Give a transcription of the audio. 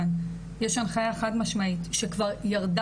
דוגמאות, שוב,